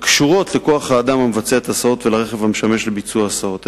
הקשורות לכוח-האדם המבצע את ההסעות של הרכב המשמש לביצוע ההסעות,